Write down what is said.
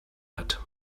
hat